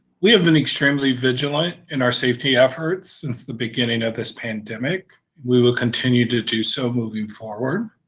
we have been extremely vigilant in our safety efforts since the beginning of this pandemic. we will continue to do so moving forward.